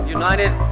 united